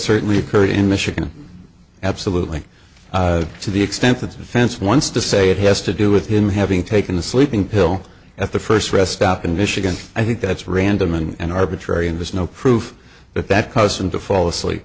certainly occurred in michigan absolutely to the extent that the defense wants to say it has to do with him having taken the sleeping pill at the first rest stop in michigan i think that's random and arbitrary and there's no proof that that caused him to fall asleep